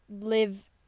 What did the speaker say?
live